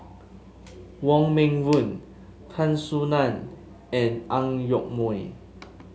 Wong Meng Voon Tan Soo Nan and Ang Yoke Mooi